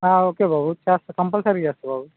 okay బాబు చేస్తాను compulsory చేస్తాను బాబు